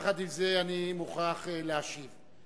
עם זה, אני מוכרח להשיב.